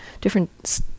different